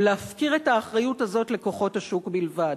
ולהפקיר את האחריות הזאת לכוחות השוק בלבד.